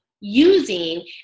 using